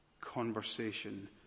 conversation